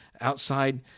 outside